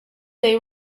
they